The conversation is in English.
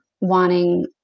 wanting